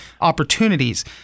opportunities